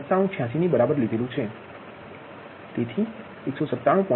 9786 ની બરાબર લીધેલુ છે તેથી 197